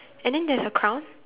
and then there's a crown